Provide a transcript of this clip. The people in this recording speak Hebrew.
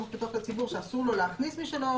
הפתוח לציבור שאסור לו להכניס את מי שלא